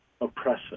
oppressive